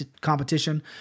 competition